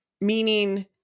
meaning